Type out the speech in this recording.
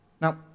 Now